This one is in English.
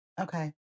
okay